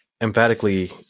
emphatically